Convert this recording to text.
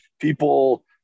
people